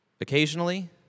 occasionally